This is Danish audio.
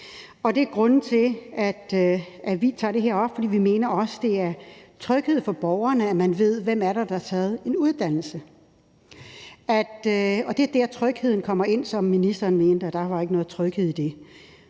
det er grunden til, at vi tager det op, for vi mener også, at det er tryghed for borgerne, at man ved, hvem der har taget en uddannelse. Det er der, trygheden kommer ind – ministeren mente, at der ikke var nogen tryghed i det.